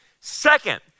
Second